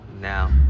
Now